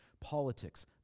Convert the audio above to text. politics